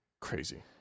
Crazy